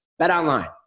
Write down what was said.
BetOnline